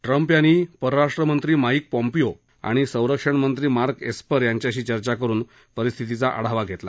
Trump यांनी परराष्ट्रमंत्री Mike Pompeo आणि संरक्षणमंत्री मार्क एस्पर यांच्याशी चर्चा करुन परिस्थितीचा आढावा घेतला